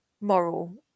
moral